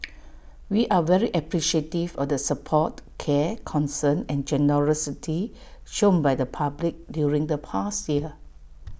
we are very appreciative of the support care concern and generosity shown by the public during the past year